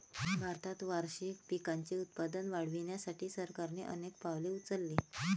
भारतात वार्षिक पिकांचे उत्पादन वाढवण्यासाठी सरकारने अनेक पावले उचलली